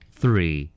three